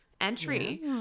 entry